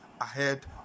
ahead